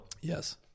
Yes